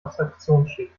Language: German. abstraktionsschicht